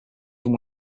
from